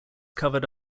covered